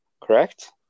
Correct